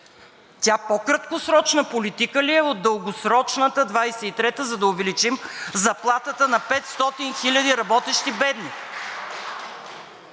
Тя по-краткосрочна политика ли е от дългосрочната 2023 г., за да увеличим заплатата на 500 хиляди работещи бедни?